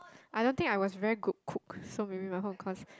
I don't think I was very good cook so maybe my home econs